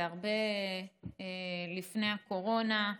זה הרבה לפני הקורונה.